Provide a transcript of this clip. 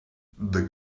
the